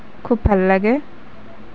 খুব ভাল লাগে